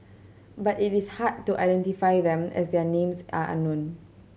but it is hard to identify them as their names are unknown